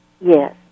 yes